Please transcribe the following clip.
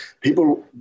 people